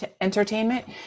entertainment